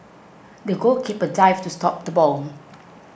the goalkeeper dived to stop the ball